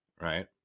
right